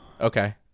Okay